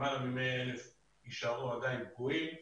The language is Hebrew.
למעלה מ-100,000 יישארו עדין פגועים ולכן,